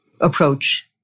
approach